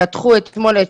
הדרך.